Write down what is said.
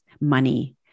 money